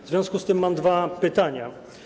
W związku z tym mam dwa pytania.